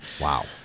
wow